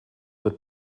wird